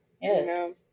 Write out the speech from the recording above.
yes